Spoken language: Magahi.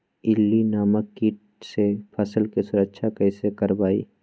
इल्ली नामक किट से फसल के सुरक्षा कैसे करवाईं?